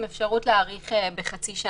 עם אפשרות להאריך בחצי שנה.